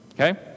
okay